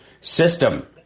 system